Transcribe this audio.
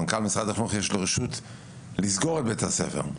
מנכ"ל משרד החינוך יש לו רשות לסגור את בית הספר.